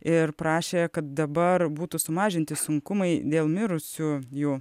ir prašė kad dabar būtų sumažinti sunkumai dėl mirusių jų